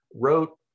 wrote